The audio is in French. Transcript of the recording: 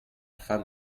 fin